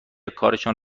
کارشان